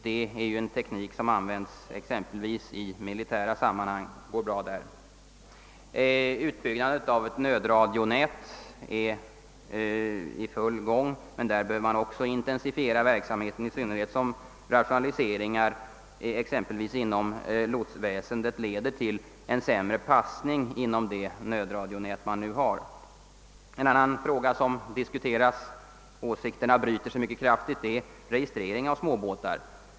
Detta är ju en teknik som används exempelvis i militära sammanhang och går bra där. Utbyggnaden av ett nödradionät är i full gång, men även denna verksamhet behöver intensifieras, i synnerhet som rationaliseringar exempelvis inom lotsväsendet medför en sämre passning inom det nödradionät vi redan har. En annan fråga, som diskuteras och där åsikterna bryter sig mycket kraftigt, är frågan om registrering av småbåtar.